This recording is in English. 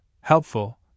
helpful